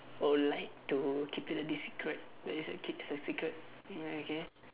or lied to keep it the secret like they say keep it a secret like okay